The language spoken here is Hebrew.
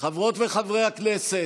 חברות וחברי הכנסת,